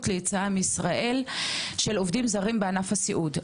ליציאה מישראל של עובדים זרים בענף הסיעוד.